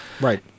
Right